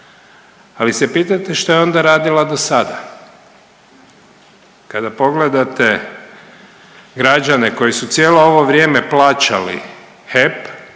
ali se pitate što je onda radila do sada? Kada pogledate građane koji su cijelo ovo vrijeme plaćali HEP,